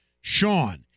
Sean